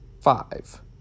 Five